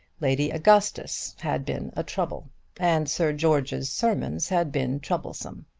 lady augustus had been a trouble and sir george's sermons had been troublesome.